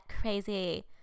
crazy